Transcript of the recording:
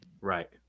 Right